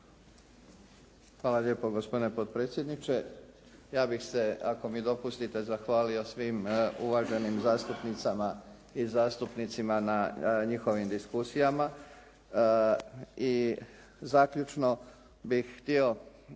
Hvala lijepo gospodine potpredsjedniče. Ja bih se ako mi dopustite zahvalio svim uvaženim zastupnicama i zastupnicima na njihovim diskusijama i zaključno bih htio